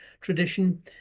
tradition